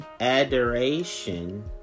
adoration